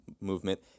movement